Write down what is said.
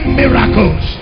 miracles